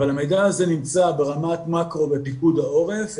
אבל המידע הזה נמצא ברמת מקרו בפיקוד העורף.